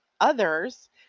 others